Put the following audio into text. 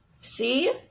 See